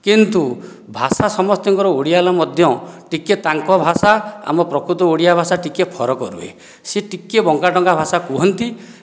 କିନ୍ତୁ ଭାଷା ସମସ୍ତଙ୍କର ଓଡ଼ିଆ ହେଲେ ମଧ୍ୟ ଟିକିଏ ତାଙ୍କ ଭାଷା ଆମ ପ୍ରକୃତ ଓଡ଼ିଆ ଭାଷା ଟିକିଏ ଫରକ ରୁହେ ସେ ଟିକିଏ ବଙ୍କା ଟଙ୍କା ଭଷା କୁହନ୍ତି